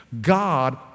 God